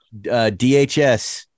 DHS